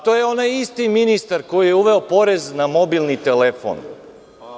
To je onaj isti ministar koji je uveo porez na mobilni telefon.